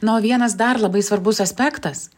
na o vienas dar labai svarbus aspektas